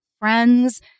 friends